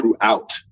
throughout